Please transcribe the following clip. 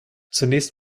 zunächst